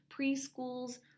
Preschools